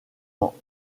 ans